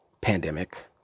pandemic